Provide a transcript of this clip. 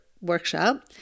workshop